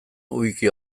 wiki